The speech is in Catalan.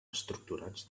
estructurats